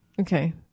Okay